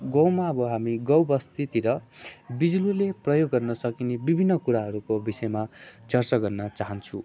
गाउँमा अब हामी गाउँ बस्तीतिर बिजुलीले प्रयोग गर्न सकिने विभिन्न कुराहरूको विषयमा चर्चा गर्न चाहन्छु